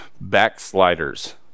backsliders